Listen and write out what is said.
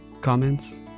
Comments